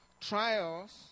trials